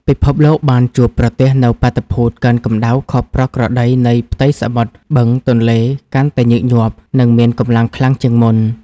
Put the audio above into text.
ពិភពលោកបានជួបប្រទះនូវ បាតុភូតកើនកម្ដៅខុសប្រក្រតីនៃផ្ទៃសមុទ្រ បឹង ទន្លេ កាន់តែញឹកញាប់ និងមានកម្លាំងខ្លាំងជាងមុន។